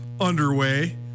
underway